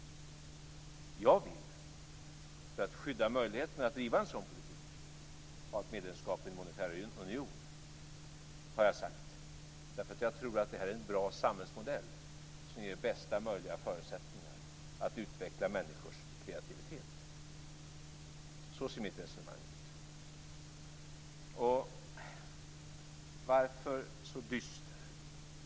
Jag vill, för att skydda möjligheterna att driva en sådan politik, ha ett medlemskap i en monetär union, därför att jag tror att det är en bra samhällsmodell, som ger bästa möjliga förutsättningar att utveckla människors kreativitet. Så ser mitt resonemang ut. Varför är ni så dystra?